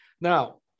now